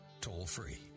toll-free